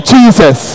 Jesus